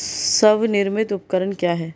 स्वनिर्मित उपकरण क्या है?